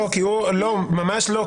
ממש לא.